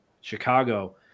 Chicago